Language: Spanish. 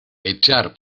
echar